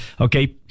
Okay